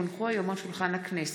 כי הונחו היום על שולחן הכנסת,